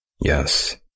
Yes